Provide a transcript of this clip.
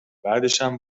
بعدشم